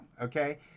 okay